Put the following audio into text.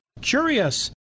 curious